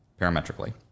parametrically